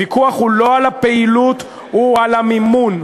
הוויכוח הוא לא על הפעילות, הוא על המימון.